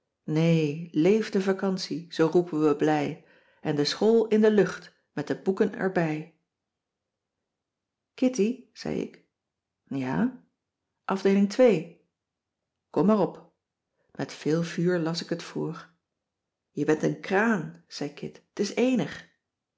leef de vacantie zoo roepen we blij en de school in de lucht met de boeken er bij kitty zei ik ja afdeeling twee kom maar op met veel vuur las ik het voor je bent een kraan zei kit t is eenig